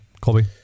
Colby